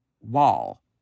wall